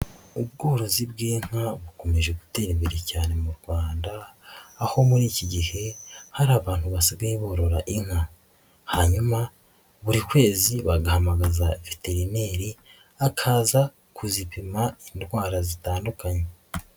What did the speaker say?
Ubworozi bw'inka bukomeje gutera imbere cyane mu Rwanda, aho muri iki gihe hari abantu basigaye borora inka hanyuma buri kwezi bagahamagaza veterineri akaza kuzipima indwara zitandukanye.